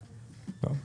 טוב.